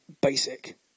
basic